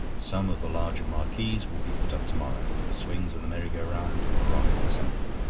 some of the larger marquees will be put up to-morrow. the swings and the merry-go-round arrive on sunday.